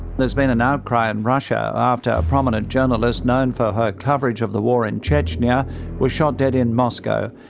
there's been an outcry in russia after a prominent journalist known for her coverage of the war in chechnya was shot dead in moscow.